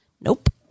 Nope